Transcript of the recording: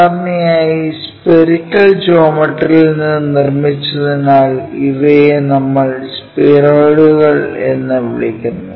സാധാരണയായി സ്പറിക്കൽ ജോമട്രിയിൽ നിന്ന് നിർമ്മിച്ചതിനാൽ ഇവയെ നമ്മൾ സ്ഫെറോയിഡുകൾ എന്ന് വിളിക്കുന്നു